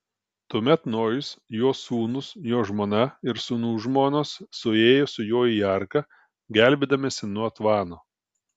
tuomet nojus jo sūnūs jo žmona ir sūnų žmonos suėjo su juo į arką gelbėdamiesi nuo tvano